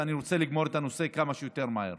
ואני רוצה לגמור את הנושא כמה שיותר מהר.